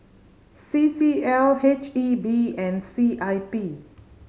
C C L H E B and C I P